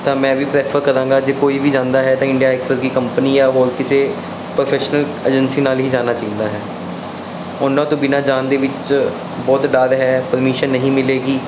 ਤਾਂ ਮੈਂ ਵੀ ਪ੍ਰੈਫਰ ਕਰਾਂਗਾ ਜੇ ਕੋਈ ਵੀ ਜਾਂਦਾ ਹੈ ਤਾਂ ਇੰਡੀਆ ਹਾਈਕਸ ਵਰਗੀ ਕੰਪਨੀ ਜਾਂ ਹੋਰ ਕਿਸੇ ਪ੍ਰੋਫੈਸ਼ਨਲ ਏਜੰਸੀ ਨਾਲ ਹੀ ਜਾਣਾ ਚਾਹੀਦਾ ਹੈ ਉਹਨਾਂ ਤੋਂ ਬਿਨਾਂ ਜਾਣ ਦੇ ਵਿੱਚ ਬਹੁਤ ਡਰ ਹੈ ਪਰਮਿਸ਼ਨ ਨਹੀਂ ਮਿਲੇਗੀ